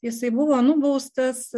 jisai buvo nubaustas